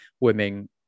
women